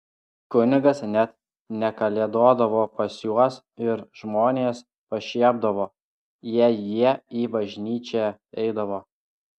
kunigas net nekalėdodavo pas juos ir žmonės pašiepdavo jei jie į bažnyčią eidavo